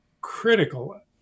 critical